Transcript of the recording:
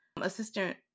assistant